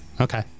Okay